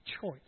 choice